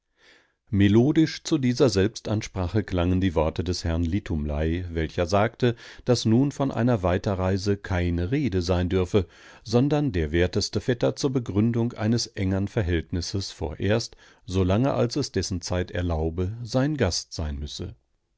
melodisch zu dieser selbstansprache klangen die worte des herrn litumlei welcher sagte daß nun von einer weiterreise keine rede sein dürfe sondern der werteste vetter zur begründung eines engeren verhältnisses vorerst so lange als dessen zeit es erlaube sein gast sein müsse